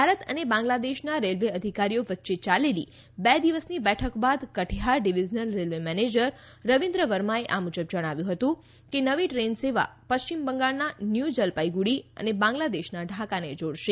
ભારત અને બાંગ્લાદેશના રેલવે અધિકારીઓ વચ્ચે યાલેલી બે દિવસની બેઠક બાદ Katihar divisional railway manager Ravindra વર્માએ જણાવ્યું કે નવી દ્રેન સેવા પશ્ચિમ બંગાળના ન્યૂ જલપાઈગુડી અને બાંગ્લાદેશના ઢાકાને જોડશે